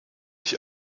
ich